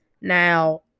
now